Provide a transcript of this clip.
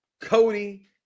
Cody